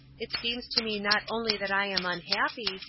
it seems to me not only that i am unhappy,